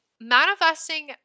Manifesting